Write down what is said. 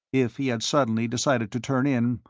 if he had suddenly decided to turn in,